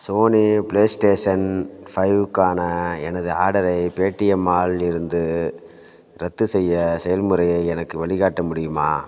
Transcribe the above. Sony PlayStation five க்கான எனது ஆடரை பேடிஎம் மால் இலிருந்து ரத்து செய்யும் செயல்முறையை எனக்கு வழிகாட்ட முடியுமா